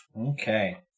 Okay